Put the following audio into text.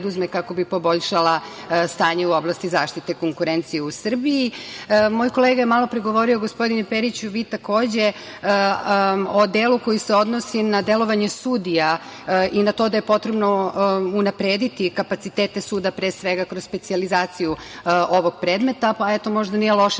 preduzme kako bi poboljšala stanje u oblasti zaštite konkurencije u Srbiji. Moj kolega je malopre govorio, gospodine Periću, vi takođe, o delu koji se odnosi na delovanje sudija i na to da je potrebno unaprediti kapacitete suda, pre svega kroz specijalizaciju ovog predmeta. Eto, možda nije loše